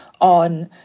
on